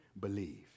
believe